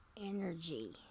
Energy